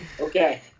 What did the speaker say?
Okay